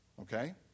okay